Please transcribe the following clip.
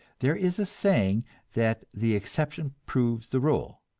there is a saying that the exception proves the rule,